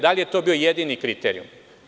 Da li je to bio jedini kriterijum?